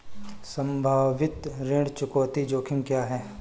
संभावित ऋण चुकौती जोखिम क्या हैं?